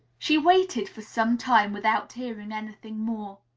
she waited for some time without hearing anything more.